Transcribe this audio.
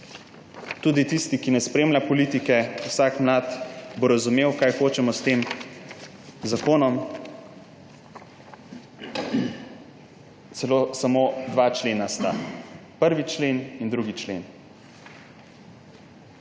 tudi tisti, ki ne spremlja politike, vsak mlad bo razumel, kaj hočemo s tem zakonom. Celo samo dva člena sta, 1. člen in 2. člen.